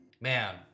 Man